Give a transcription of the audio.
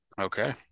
Okay